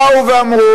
בא ואמר: